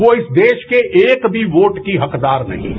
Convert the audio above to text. वो इस देश के एक भी वोट की हकदार नहीं है